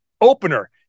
opener